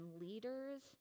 leaders